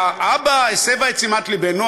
א.ב.א הסבה את תשומת לבנו,